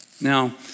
Now